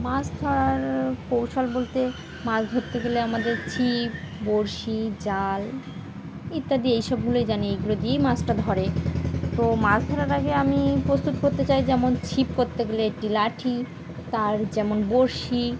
মাছ ধরার কৌশল বলতে মাছ ধরতে গেলে আমাদের ছিপ বড়শি জাল ইত্যাদি এইসবগুলোই জানি এইগুলো দিয়েই মাছটা ধরে তো মাছ ধরার আগে আমি প্রস্তুত করতে চাই যেমন ছিপ করতে গেলে একটি লাঠি তার যেমন বরশি